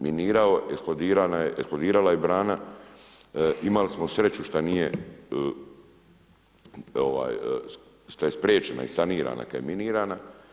Minirao, eksplodirala je brana, imali smo sreću šta nije šta je spriječena i sanirana kada je minirana.